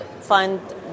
find